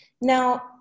Now